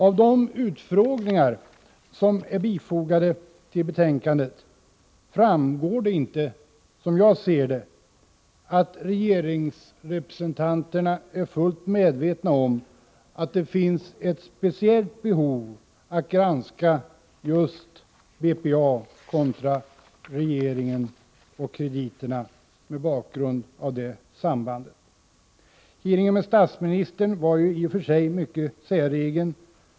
Av de utfrågningar som är bifogade till betänkandet framgår det inte, som jag ser det, att regeringsrepresentanterna är fullt medvetna om att det finns ett speciellt behov av att granska just sambandet BPA-regeringen och krediterna mot bakgrund av detta samband. Hearingen med statsministern var i och för sig mycket säregen.